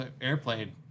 airplane